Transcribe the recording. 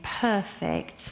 perfect